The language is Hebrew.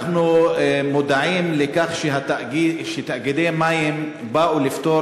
אנחנו מודעים לכך שתאגידי מים באו לפתור